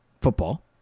football